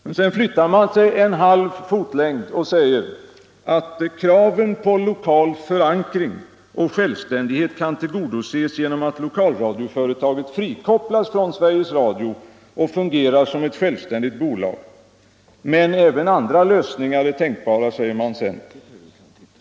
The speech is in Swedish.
Men sedan flyttar man sig en halv fotlängd och säger att kraven på lokal förankring och självständighet kan tillgodoses genom att lokalradioföretaget frikopplas från Sveriges Radio och fungerar som ett självständigt bolag. Men även andra lösningar är tänkbara, säger man sedan.